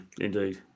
Indeed